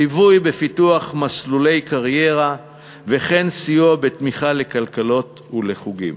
ליווי בפיתוח מסלולי קריירה וכן סיוע בתמיכה לקייטנות ולחוגים.